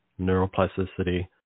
Neuroplasticity